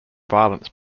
violence